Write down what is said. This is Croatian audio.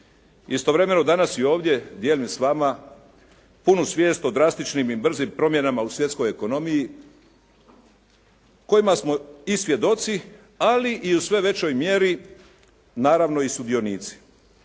Istovremeno i danas ovdje dijelim s vama punu svijest o drastičnim i brzim promjenama u svjetskoj ekonomiji kojima smo i svjedoci ali i u sve većoj mjeri naravno i sudionici.